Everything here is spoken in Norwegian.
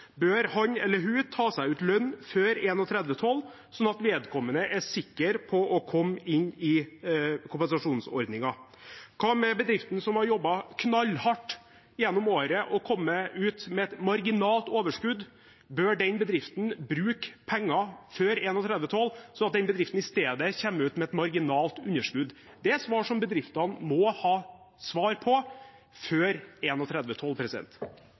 Bør han eller hun ta ut lønn før 31. desember, slik at vedkommende er sikker på å komme inn under kompensasjonsordningen? Hva med bedriften som har jobbet knallhardt gjennom året og kommet ut med et marginalt overskudd? Bør den bedriften bruke penger før 31. desember, slik at bedriften i stedet kommer ut med et marginalt underskudd? Det er spørsmål som bedriftene må ha svar på før